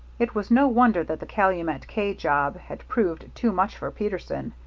it was no wonder that the calumet k job had proved too much for peterson.